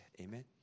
Amen